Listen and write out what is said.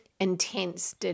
intense